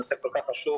בנושא כל כך חשוב,